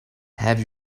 have